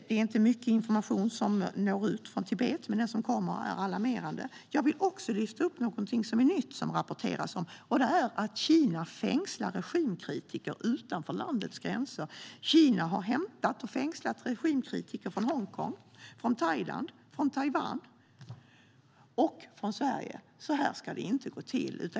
Det är inte mycket information som når ut från Tibet, men den som kommer är alarmerande. Jag vill också lyfta upp någonting nytt som det rapporteras om. Det är att Kina fängslar regimkritiker utanför landets gränser. Kina har hämtat och fängslat regimkritiker från Hongkong, Thailand, Taiwan och Sverige. Så här ska det inte gå till.